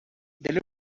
they